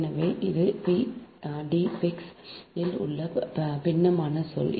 எனவே இது d phi x இல் உள்ள பின்னமான சொல்